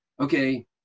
okay